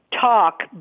talk